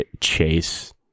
Chase